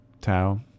Tau